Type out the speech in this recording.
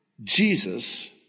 Jesus